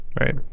Right